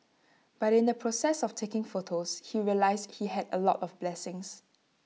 but in the process of taking photos he realised he had A lot of blessings